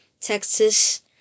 Texas